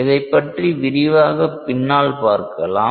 இதைப்பற்றி விரிவாக பின்னால் பார்க்கலாம்